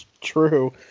True